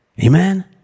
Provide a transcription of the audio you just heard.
Amen